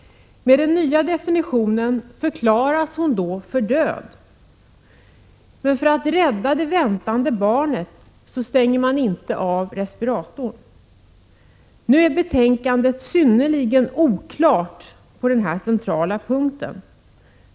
Med den nya definitionen förklaras hon då för död, men för att rädda det väntade barnet stänger man inte av respiratorn. På den här centrala punkten är betänkandet synnerligen oklart.